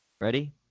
Ready